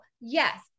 yes